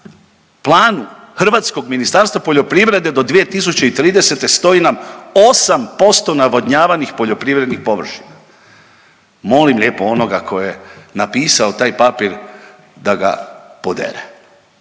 planu hrvatskog Ministarstva poljoprivrede do 2030. stoji nam 8% navodnjavanih poljoprivrednih površina. Molim lijepo onoga ko je napisao taj papir da ga podere,